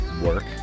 work